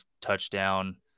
touchdown